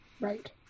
right